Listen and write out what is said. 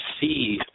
see